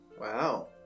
Wow